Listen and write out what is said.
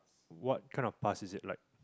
what kind of pass is it like